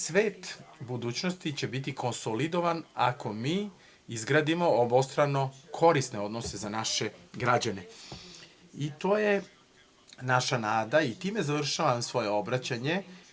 Svet budućnosti će biti konsolidovan ako mi izgradimo obostrano korisne odnose za naše građane, i to je naša nada i time završavam svoje obraćanje.